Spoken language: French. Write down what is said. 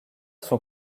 sont